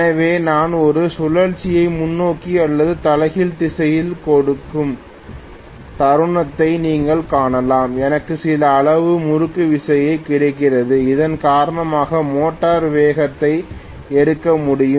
எனவே நான் ஒரு சுழற்சியை முன்னோக்கி அல்லது தலைகீழ் திசையில் கொடுக்கும் தருணத்தை நீங்கள் காணலாம் எனக்கு சில அளவு முறுக்குவிசை கிடைக்கிறது இதன் காரணமாக மோட்டார் வேகத்தை எடுக்க முடியும்